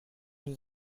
nous